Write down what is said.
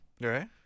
right